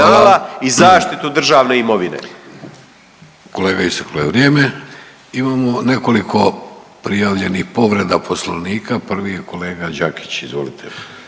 (Socijaldemokrati)** Kolega isteklo je vrijeme. Imamo nekoliko prijavljenih povreda Poslovnika. Prvi je kolega Đakić, izvolite.